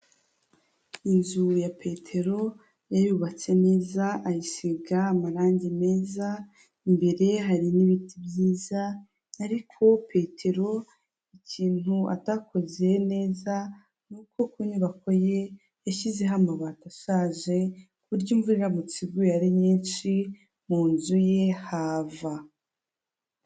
Inzu ya Petero yayubatse neza, ayisiga amarangi meza, imbere hari n'ibiti byiza, ariko Petero ikintu atakoze neze ni uko ku nyubako ye yashyizeho amabati ashaje, ku buryo imvura iramutse iguye nyinshi mu nzu ye hava.